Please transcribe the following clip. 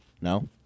No